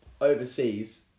Overseas